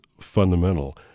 fundamental